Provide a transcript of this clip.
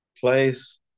Place